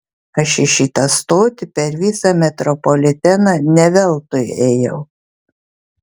aš į šitą stotį per visą metropoliteną ne veltui ėjau